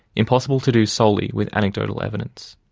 impossible to do solely with anecdotal evidence.